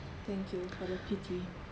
thank you for the pity